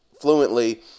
fluently